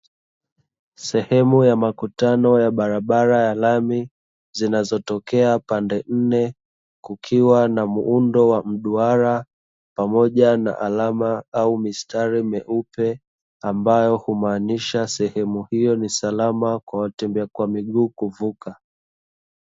Sehemu ya makutano ya barabara ya lami zinazotokea pande nne kukiwa na muundo wa duara pamoja na alama au mistari meupe ikihashiria hiyo ni sehemu salama watu kuvuka